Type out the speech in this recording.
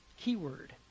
keyword